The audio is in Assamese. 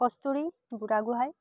কস্তুৰী বুঢ়াগোঁহাই